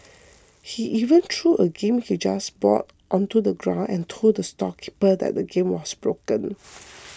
he even threw a game he just bought onto the ground and told the storekeeper that the game was broken